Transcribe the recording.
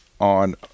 on